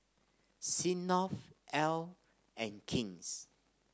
Smirnoff Elle and King's